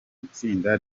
itsinda